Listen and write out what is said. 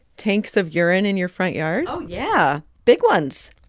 tanks of urine in your front yard? oh, yeah big ones.